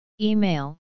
Email